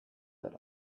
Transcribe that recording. that